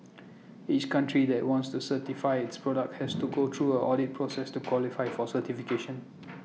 each country that wants to certify its products has to go through A audit process to qualify for certification